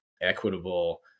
equitable